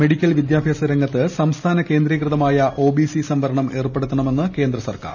medical വിദ്യാഭ്യാസരംഗത്ത് സംസ്ഥാന കേന്ദ്രീകൃത മായ ഒ ബി സി സംവരണം ഏർപ്പെടുത്ത ണമെന്ന് കേന്ദ്ര സർക്കാർ